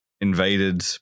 invaded